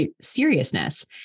seriousness